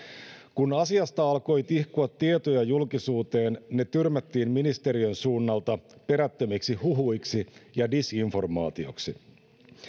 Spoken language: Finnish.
kun asiasta alkoi tihkua tietoja julkisuuteen ne tyrmättiin ministeriön suunnalta perättömiksi huhuiksi ja disinformaatioksi